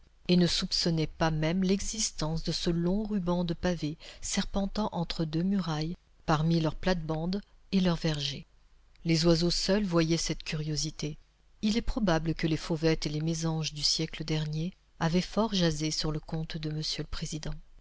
et ne soupçonnaient pas même l'existence de ce long ruban de pavé serpentant entre deux murailles parmi leurs plates-bandes et leurs vergers les oiseaux seuls voyaient cette curiosité il est probable que les fauvettes et les mésanges du siècle dernier avaient fort jasé sur le compte de m le président